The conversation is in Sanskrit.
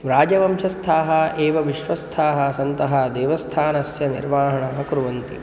राजवंशस्थाः एव विश्वस्थाः सन्तः देवस्थानस्य निर्वहणं कुर्वन्ति